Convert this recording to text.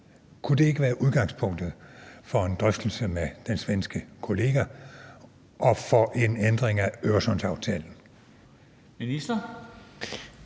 Kunne det ikke være udgangspunktet for en drøftelse med den svenske kollega at få en ændring af Øresundsaftalen? Kl.